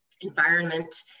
environment